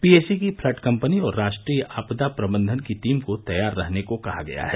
PAC की flood company और राष्ट्रीय आपदा प्रबंधन की टीम को तैयार रहने को कहा गया है